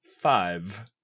Five